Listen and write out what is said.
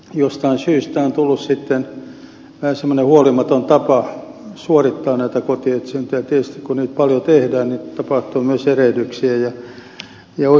jostain syystä on tullut sitten vähän semmoinen huolimaton tapa suorittaa näitä kotietsintöjä ja tietysti kun niitä paljon tehdään niin tapahtuu myös erehdyksiä